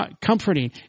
comforting